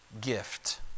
gift